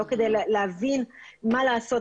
לא כדי להבין מה לעשות.